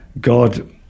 God